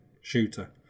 shooter